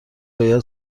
باید